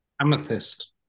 Amethyst